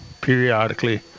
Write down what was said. periodically